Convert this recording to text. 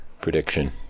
prediction